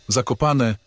Zakopane